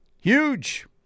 Huge